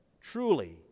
Truly